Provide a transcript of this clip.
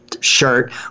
shirt –